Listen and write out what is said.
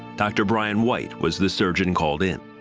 dr. bryan white was the surgeon called in.